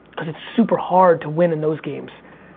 cause it's super-hard to win in those games.